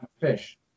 fish